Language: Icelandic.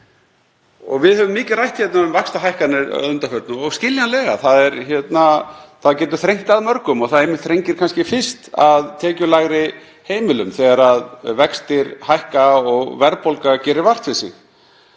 Við höfum mikið rætt hérna um vaxtahækkanir að undanförnu, skiljanlega. Þá getur þrengt að mörgum og það þrengir kannski fyrst að tekjulægri heimilum þegar vextir hækka og verðbólga gerir vart við